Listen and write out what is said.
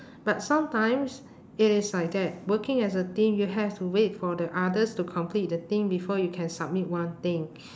but sometimes it is like that working as a team you have to wait for the others to complete the thing before you can submit one thing